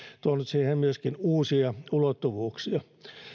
tuonut siihen myöskin uusia ulottuvuuksia